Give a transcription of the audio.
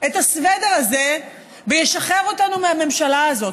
את הסוודר הזה וישחרר אותנו מהממשלה הזאת,